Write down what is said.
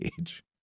age